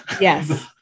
Yes